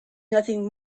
nothing